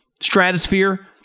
stratosphere